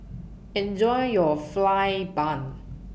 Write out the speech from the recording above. Enjoy your Fried Bun